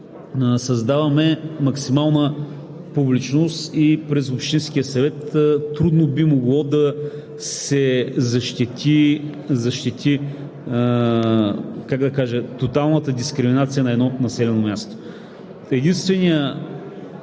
създаваме максимална публичност и през общинския съвет трудно би могло да се защити тоталната дискриминация на едно населено място. Единствената